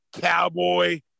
cowboy